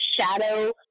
Shadow